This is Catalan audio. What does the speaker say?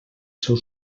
seu